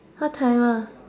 what timer